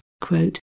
quote